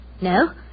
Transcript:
No